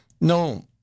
no